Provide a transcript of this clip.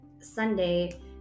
Sunday